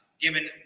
given